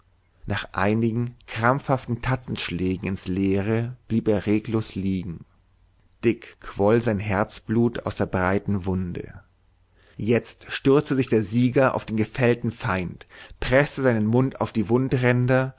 nach einigen krampfhaften tatzenschlägen ins leere blieb er reglos liegen dick quoll sein herzblut aus der breiten wunde jetzt stürzte sich der sieger auf den gefällten feind preßte seinen mund auf die wundränder